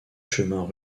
chemins